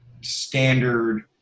standard